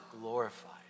glorified